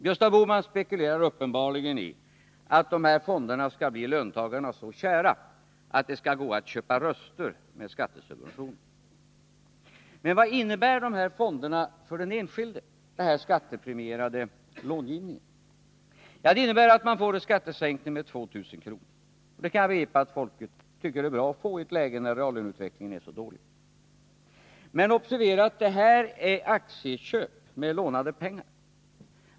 Gösta Bohman spekulerar uppenbarligen i att de här fonderna skall bli löntagarna så kära att det skall gå att köpa röster med skattesubventioner. Men vad innebär de här fonderna, denna skattepremierade långivning, för den enskilde? Jo, det innebär att man får en skattesänkning med 2 000 kr., och jag kan förstå att folket tycker den är bra att få i ett läge när reallöneutvecklingen är så dålig. Men observera att detta är aktieköp med lånade pengar.